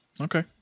Okay